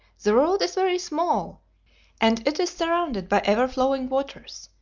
the world is very small and it is surrounded by ever-flowing waters,